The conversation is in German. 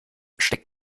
steckt